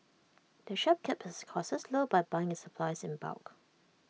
the shop keeps its costs low by buying its supplies in bulk